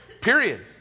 Period